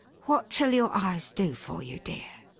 what shall your eyes do for you, dear?